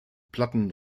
platten